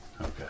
Okay